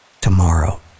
tomorrow